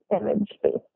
image-based